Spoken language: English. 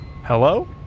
Hello